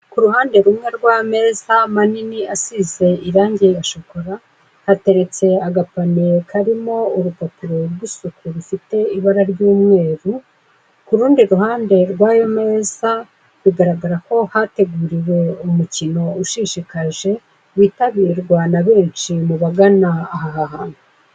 Ku ruhande rumwe rw'ameza manini asize irangi ya shokora, hateretse agapaniye karimo urupapuro rw'isuku rufite ibara ry'umweru, ku rundi ruhande rw'ayo meza bigaragara ko hateguriwe umukino ushishikaje, witabirwa na benshi mu bagana aha hantu.